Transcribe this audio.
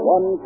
One